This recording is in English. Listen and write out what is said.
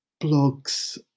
blogs